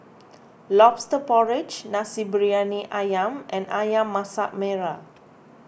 Lobster Porridge Nasi Briyani Ayam and Ayam Masak Merah